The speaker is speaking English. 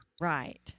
Right